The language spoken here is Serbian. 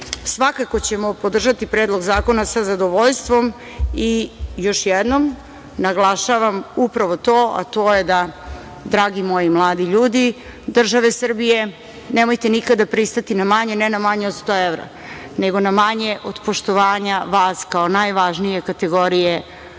mi. Svakako ćemo podržati Predlog zakona, sa zadovoljstvom, i još jednom naglašavam upravo to, a to je da, dragi moji mladi ljudi države Srbije, nemojte nikada pristati na manje, ne na manje od 100 evra, nego na manje od poštovanja vas kao najvažnije kategorije društva